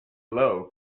low